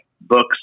Books